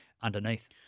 underneath